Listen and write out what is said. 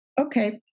Okay